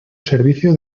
servicio